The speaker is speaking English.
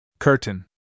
Curtain